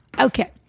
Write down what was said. Okay